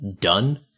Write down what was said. done